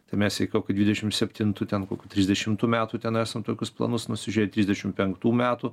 tai mes į kokį dvidešimt septintų ten kokių trisdešimtų metų ten esam tokius planus nusižiūrėję trisdešimt penktų metų